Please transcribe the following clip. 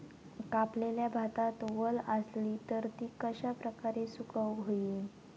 कापलेल्या भातात वल आसली तर ती कश्या प्रकारे सुकौक होई?